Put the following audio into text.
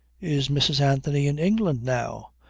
is mrs. anthony in england now?